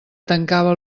tancava